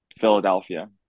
Philadelphia